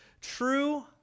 true